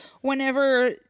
whenever